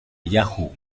yahoo